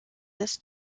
this